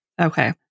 okay